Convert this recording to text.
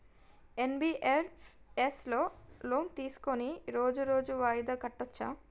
NBFS లో loan తీస్కొని రోజు రోజు వాయిదా కట్టచ్ఛా?